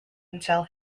until